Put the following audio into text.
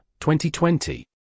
2020